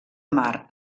mar